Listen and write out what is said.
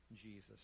Jesus